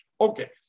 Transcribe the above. Okay